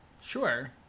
sure